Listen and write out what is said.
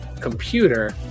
computer